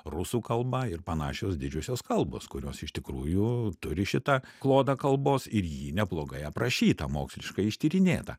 rusų kalba ir panašios didžiosios kalbos kurios iš tikrųjų turi šitą klodą kalbos ir ji neblogai aprašyta moksliškai ištyrinėta